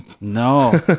No